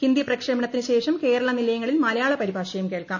ഹിന്ദി പ്രക്ഷേപണത്തിന് ശേഷം കേരള നിലയങ്ങളിൽ മലയാള പരിഭാഷയും കേൾക്കാം